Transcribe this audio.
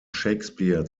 shakespeare